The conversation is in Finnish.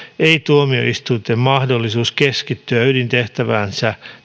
ei tuomioistuinten mahdollisuus keskittyä ydintehtäviinsä